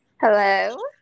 Hello